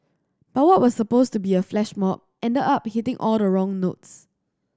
but what was supposed to be a flash mob ended up hitting all the wrong notes